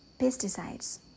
pesticides